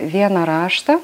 vieną raštą